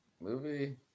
movie